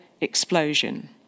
explosion